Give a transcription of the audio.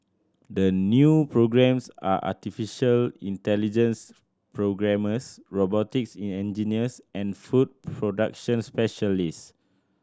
the new programmes are artificial intelligence programmers robotics in engineers and food production specialist